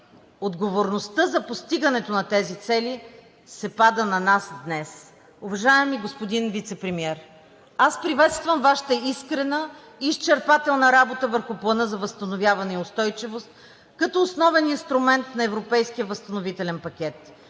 Отговорността за постигането на тези цели се пада на нас днес. Уважаеми господин Вицепремиер, аз приветствам Вашата искрена и изчерпателна работа върху Плана за възстановяване и устойчивост като основен инструмент на Европейския възстановителен пакет.